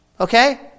Okay